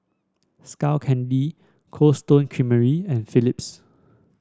Skull Candy Cold Stone Creamery and Phillips